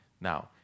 now